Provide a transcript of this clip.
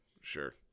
Sure